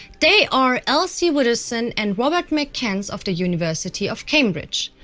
they are elsie widdowson and robert mccance of the university of cambridge.